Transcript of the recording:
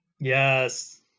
Yes